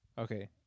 Okay